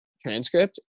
transcript